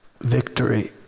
victory